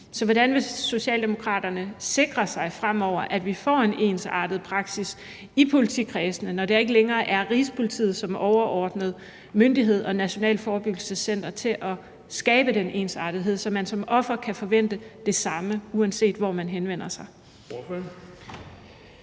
Så hvordan vil Socialdemokraterne fremover sikre sig, at vi får en ensartet praksis i politikredsene, når der ikke længere er Rigspolitiet som overordnet myndighed og Nationalt Forebyggelsescenter til at skabe den ensartethed, så man som offer kan forvente det samme, uanset hvor man henvender sig?